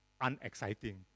unexciting